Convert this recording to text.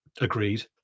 Agreed